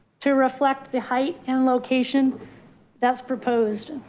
to reflect the height and location that's proposed